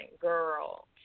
girl